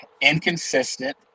Inconsistent